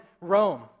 Rome